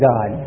God